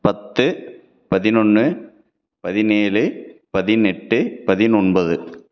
பத்து பதினொன்று பதினேழு பதினெட்டு பதினொன்பது